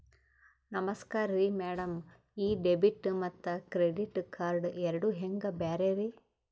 ನಮಸ್ಕಾರ್ರಿ ಮ್ಯಾಡಂ ಈ ಡೆಬಿಟ ಮತ್ತ ಕ್ರೆಡಿಟ್ ಕಾರ್ಡ್ ಎರಡೂ ಹೆಂಗ ಬ್ಯಾರೆ ರಿ?